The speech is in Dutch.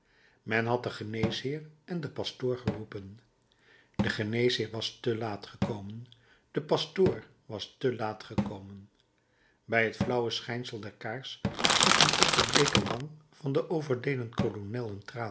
men had den geneesheer en den pastoor geroepen de geneesheer was te laat gekomen de pastoor was te laat gekomen bij het flauwe schijnsel der kaars zag men op de bleeke wang van den